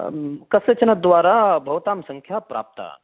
कश्चनद्वारा भवतां सङ्ख्या प्राप्ता